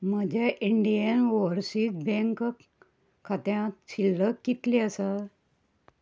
म्हज्या Indian Overseas Bank खात्यांत शिल्लक कितले आसा